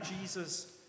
jesus